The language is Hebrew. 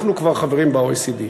אנחנו כבר חברים ב-OECD.